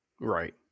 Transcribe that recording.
Right